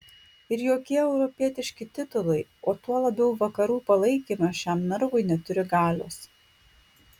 ir jokie europietiški titulai o tuo labiau vakarų palaikymas šiam narvui neturi galios